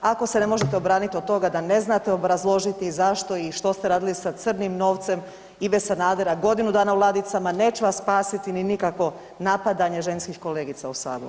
Ako se ne možete obraniti od toga da ne znate obrazložiti zašto i što ste radili sa crnim novcem Ive Sanadera godinu dana u ladicama, neće vas spasiti ni nikakvo napadanje ženskih kolegica u Saboru.